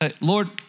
Lord